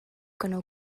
canó